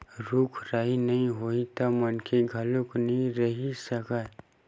रूख राई नइ होही त मनखे घलोक नइ रहि सकय